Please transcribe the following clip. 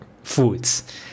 foods